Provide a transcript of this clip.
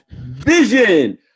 Vision